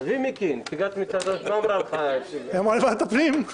היא אמרה שבוועדת הפנים.